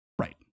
Right